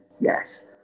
Yes